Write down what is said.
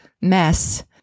mess